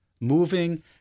Moving